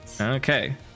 okay